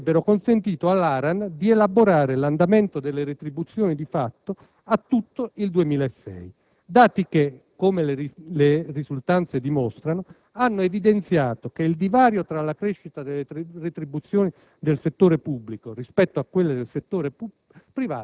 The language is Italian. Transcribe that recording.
che avrebbero consentito all'ARAN di elaborare l'andamento delle retribuzioni di fatto a tutto il 2006; dati che - come le risultanze dimostrano - hanno evidenziato come il divario tra la crescita delle retribuzioni del settore pubblico rispetto a quelle del settore privato